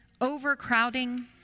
overcrowding